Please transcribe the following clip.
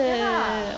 ya lah